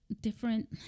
Different